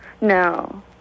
No